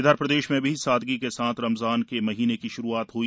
इधर प्रदेश में भी सादगी के साथ रमजान के महीने की श्रूआत हुई